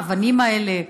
האבנים האלה,